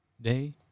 day